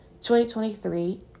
2023